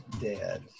dead